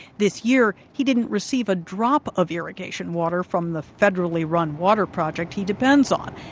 this year, he didn't receive a drop of irrigation water from the federally run water project he depends on.